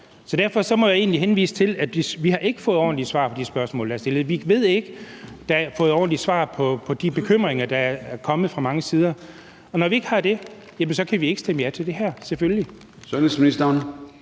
Så derfor må jeg henvise til, at vi ikke har fået ordentlige svar på de spørgsmål, vi har stillet. Vi ved det ikke. Vi har ikke fået ordentlige svar i forhold til de bekymringer, der er kommet fra mange sider, og når vi ikke har fået det, kan vi selvfølgelig ikke stemme ja til det her forslag.